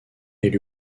elle